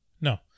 No